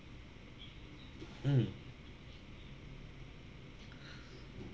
mm